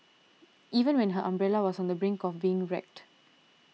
even when her umbrella was on the brink of being wrecked